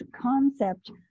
concept